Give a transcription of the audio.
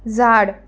झाड